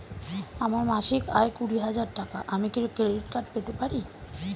আমার মাসিক আয় কুড়ি হাজার টাকা আমি কি ক্রেডিট কার্ড পেতে পারি?